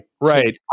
right